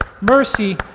mercy